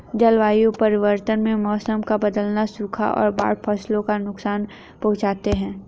जलवायु परिवर्तन में मौसम का बदलना, सूखा और बाढ़ फसलों को नुकसान पहुँचाते है